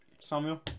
Samuel